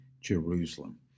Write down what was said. Jerusalem